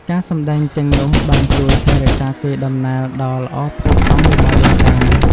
ការសម្តែងទាំងនោះបានជួយថែរក្សាកេរដំណែលដ៏ល្អផូរផង់របស់ដូនតា។